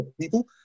people